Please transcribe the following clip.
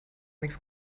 nichts